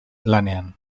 lanean